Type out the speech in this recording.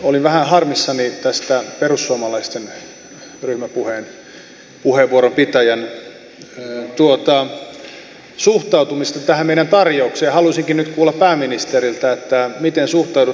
olin vähän harmissani tästä perussuomalaisten ryhmäpuheenvuoron pitäjän suhtautumisesta tähän meidän tarjoukseemme ja haluaisinkin nyt kuulla pääministeriltä miten suhtaudutte siihen